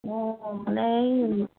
মোৰ মানে এই